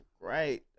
great